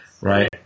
Right